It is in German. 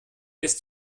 ist